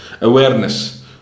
awareness